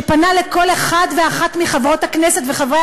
שפנה אל כל אחד ואחת מחברות הכנסת וחברי